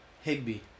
Higby